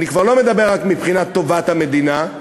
אני כבר לא מדבר רק מבחינת טובת המדינה,